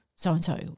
So-and-so